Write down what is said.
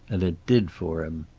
and it did for him.